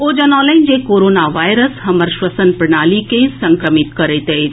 ओ जनौलनि जे corona virus हमर श्वसन प्रणाली के संक्रमित करैत अछि